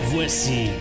Voici